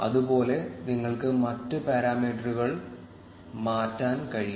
അതുപോലെ നിങ്ങൾക്ക് മറ്റ് പാരാമീറ്ററുകൾ മാറ്റാൻ കഴിയും